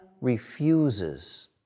refuses